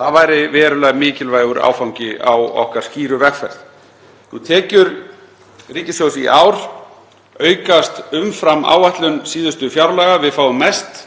Það væri verulega mikilvægur áfangi á okkar skýru vegferð. Tekjur ríkissjóðs í ár aukast umfram áætlun síðustu fjárlaga. Við fáum mest